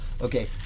Okay